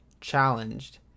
challenged